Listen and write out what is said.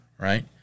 right